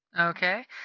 Okay